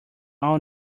all